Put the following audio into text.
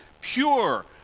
pure